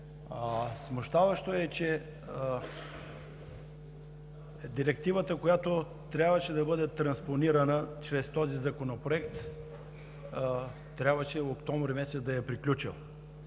Смущаващо е, че Директивата, която трябваше да бъде транспонирана чрез този законопроект, трябваше да е приключила